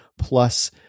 plus